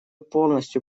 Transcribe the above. полностью